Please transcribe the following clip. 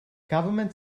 government